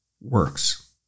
works